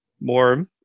more